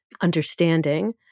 understanding